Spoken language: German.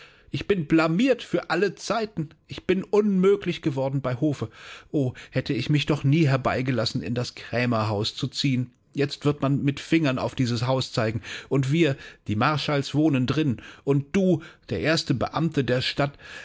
ich bin blamiert für alle zeiten ich bin unmöglich geworden bei hofe o hätte ich mich doch nie herbeigelassen in das krämerhaus zu ziehen jetzt wird man mit fingern auf dieses haus zeigen und wir die marschalls wohnen drin und du der erste beamte der stadt